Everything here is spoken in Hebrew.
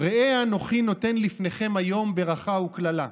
"ראה אנכי נתן לפניכם היום ברכה וקללה.